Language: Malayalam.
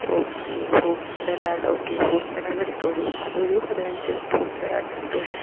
okay fruit salad okay fruit salad എടുത്തോളു അതൊരു പതിനഞ്ച് ഫ്രൂട്ട് സലാഡ് എടുത്തോളു